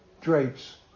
drapes